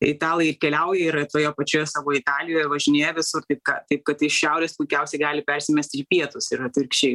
italai ir keliauja yra toje pačioje savo italijoje važinėja visur taip ką taip kad iš šiaurės puikiausiai gali persimesti ir į pietus ir atvirkščiai